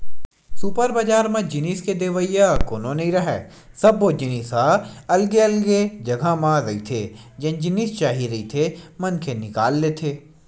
super बजार म जिनिस के देवइया कोनो नइ राहय, सब्बो जिनिस ह अलगे अलगे जघा म रहिथे जेन जिनिस चाही रहिथे मनखे निकाल लेथे